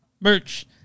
merch